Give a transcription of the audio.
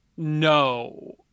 no